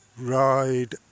ride